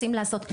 רוצים לעשות.